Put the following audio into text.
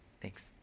Thanks